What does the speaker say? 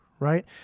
right